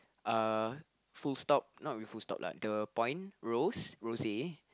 ah full stop not really full stop like the point rose rosé